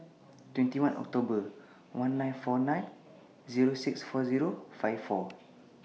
twenty one October one nine four nine Zero six four Zero five four